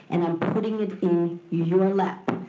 and i'm putting it in your lap.